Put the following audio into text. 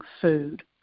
food